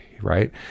right